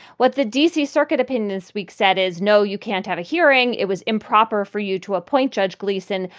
what the d c. circuit opinion this week said is, no, you can't have a hearing. it was improper for you to appoint judge gleason.